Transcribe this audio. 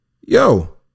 Yo